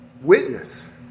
witness